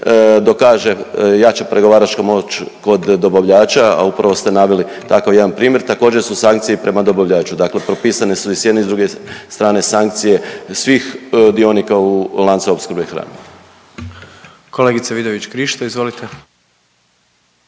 dokaže jača pregovaračka moć kod dobavljača, a upravo ste naveli takav jedan primjer, također su sankcije i prema dobavljaču. Dakle propisane su i s jedne i druge strane sankcije svih dionika u lancu opskrbe hranom. **Jandroković, Gordan